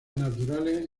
naturales